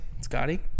scotty